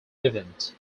event